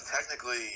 Technically